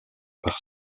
par